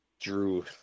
drew